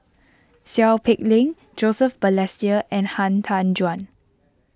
Seow Peck Leng Joseph Balestier and Han Tan Juan